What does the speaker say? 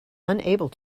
unable